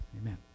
Amen